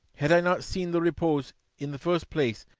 had i not seen the repose in the first place,